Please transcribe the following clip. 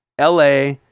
LA